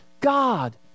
God